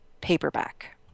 paperback